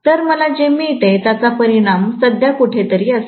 तर मला जे मिळते त्याचा परिणाम सध्या कुठे तरी असेल